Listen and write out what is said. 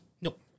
Nope